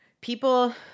People